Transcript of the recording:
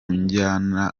njyana